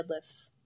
deadlifts